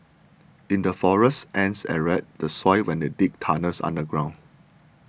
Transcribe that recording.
in the forests ants aerate the soil when they dig tunnels underground